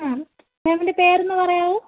ആ മാമിന്റെ പേരൊന്ന് പറയാമോ